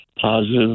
Positive